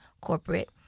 corporate